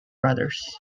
brothers